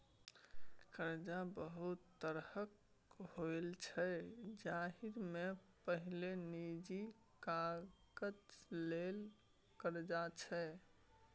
करजा बहुत तरहक होइ छै जाहि मे पहिल निजी काजक लेल करजा छै